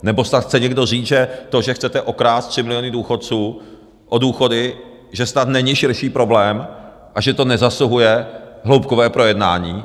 Nebo snad chce někdo říct, že to, že chcete okrást 3 miliony důchodců o důchody, že snad není širší problém a že to nezasluhuje hloubkové projednání?